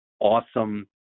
Awesome